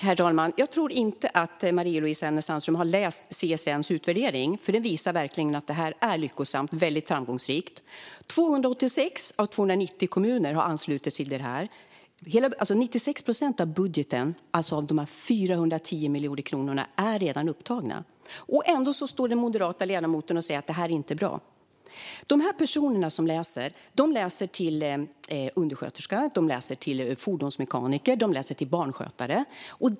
Herr talman! Jag tror inte att Marie-Louise Hänel Sandström har läst CSN:s utvärdering, för den visar verkligen att studiestartsstödet är lyckosamt och väldigt framgångsrikt. 286 av 290 kommuner har anslutit sig. 96 procent av budgeten, det vill säga av dessa 410 miljoner kronor, är redan upptagna. Ändå står den moderata ledamoten och säger att detta inte är bra. De personer som får studiestartsstöd läser till exempelvis undersköterska, fordonsmekaniker eller barnskötare.